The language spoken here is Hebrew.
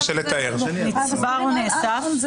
נצבר או נאסף.